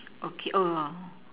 okay hold on